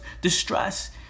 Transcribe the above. distress